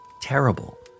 terrible